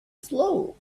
slow